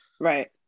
Right